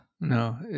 no